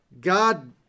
God